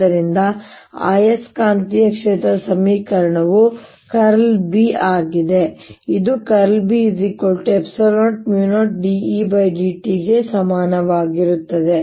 ಆದ್ದರಿಂದ ಆಯಸ್ಕಾಂತೀಯ ಕ್ಷೇತ್ರದ ಸಮೀಕರಣವು ▽× B ಆಗಿದೆ ಇದು ▽× B ε0 μ0 dEdt ಗೆ ಸಮಾನವಾಗಿರುತ್ತದೆ